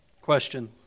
Question